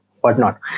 whatnot